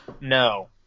No